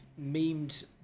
memed